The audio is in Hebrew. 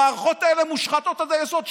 המערכות האלה מושחתות עד היסוד.